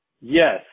Yes